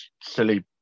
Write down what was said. silly